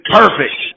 perfect